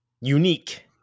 Unique